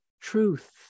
truth